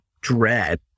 dread